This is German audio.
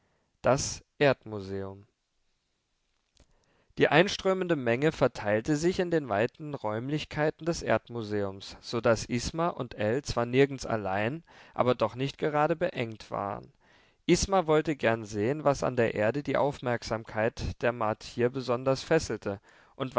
das erdmuseum die einströmende menge verteilte sich in den weiten räumlichkeiten des erdmuseums so daß isma und ell zwar nirgends allein aber doch nicht gerade beengt waren isma wollte gern sehen was an der erde die aufmerksamkeit der martier besonders fessele und